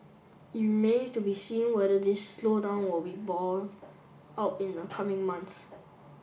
it remains to be seen whether this slowdown will be borne out in the coming months